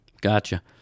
Gotcha